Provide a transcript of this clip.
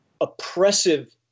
oppressive